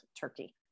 turkey